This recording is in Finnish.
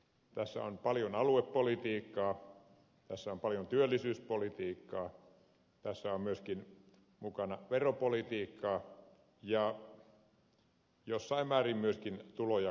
tässä on paljon aluepolitiikkaa tässä on paljon työllisyyspolitiikkaa tässä on myöskin mukana veropolitiikkaa ja jossain määrin myöskin tulonjakopolitiikkaa